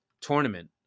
tournament